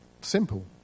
simple